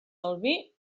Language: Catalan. albí